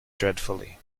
dreadfully